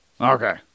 Okay